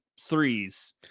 threes